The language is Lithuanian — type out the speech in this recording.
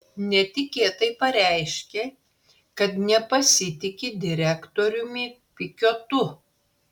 netikėtai pareiškė kad nepasitiki direktoriumi pikiotu